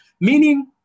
Meaning